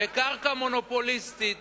בקרקע מונופוליסטית,